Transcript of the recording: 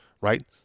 right